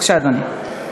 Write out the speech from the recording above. בבקשה, אדוני.